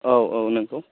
औ औ नंगौ